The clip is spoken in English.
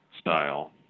style